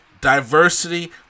diversity